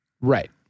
Right